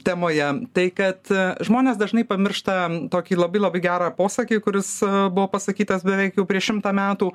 temoje tai kad žmonės dažnai pamiršta tokį labai labai gerą posakį kuris buvo pasakytas beveik jau prieš šimtą metų